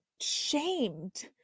shamed